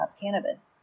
cannabis